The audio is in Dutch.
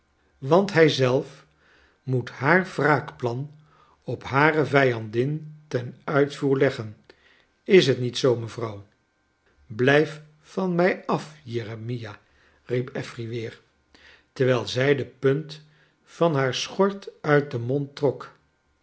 want hij zelf moet haar wraakplan op hare vijandin ten uitvoer leggen is t niet zoo mevrouw blijf van mij af jeremia i riep affery weer terwijl zij de punt van haar schort uit den mond trok